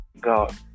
God